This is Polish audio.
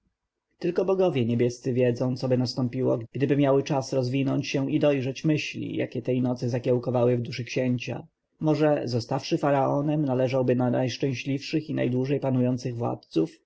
tylko bogowie niebiescy wiedzą coby nastąpiło gdyby miały czas rozwinąć się i dojrzeć myśli jakie tej nocy zakiełkowały w duszy księcia może zostawszy faraonem należałby do najszczęśliwszych i najdłużej panujących władców